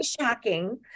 shocking